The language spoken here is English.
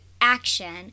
action